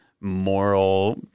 moral